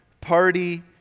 party